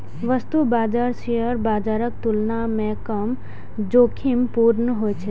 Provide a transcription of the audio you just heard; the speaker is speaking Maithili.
वस्तु बाजार शेयर बाजारक तुलना मे कम जोखिमपूर्ण होइ छै